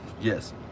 yes